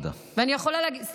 ואני יכולה להגיד, תודה.